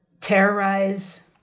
terrorize